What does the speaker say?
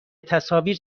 تصاویر